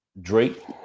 Drake